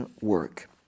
work